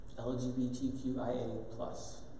LGBTQIA+